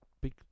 Big